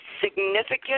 significant